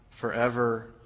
forever